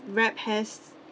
rap has